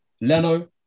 Leno